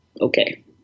okay